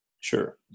Sure